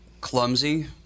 clumsy